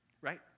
right